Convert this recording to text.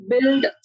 build